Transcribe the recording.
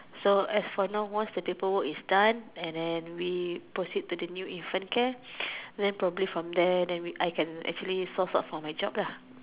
so as for now once the paperwork is done and then we proceed to the new infant care then probably from there then we I can actually solve up for my job